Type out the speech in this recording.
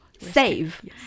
Save